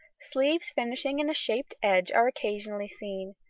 sleeves finishing in a shaped edge are occasionally seen.